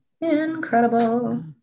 incredible